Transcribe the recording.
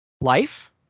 life